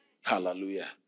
Hallelujah